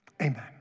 Amen